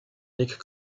uniques